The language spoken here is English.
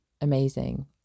amazing